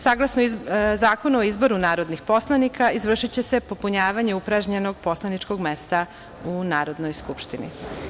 Saglasno Zakonu o izboru narodnih poslanika, izvršiće se popunjavanje upražnjenog poslaničkog mesta u Narodnoj skupštini.